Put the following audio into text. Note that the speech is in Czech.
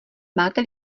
máte